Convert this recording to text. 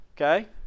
okay